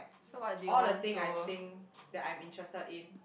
all the thing I think that I'm interested in